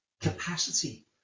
capacity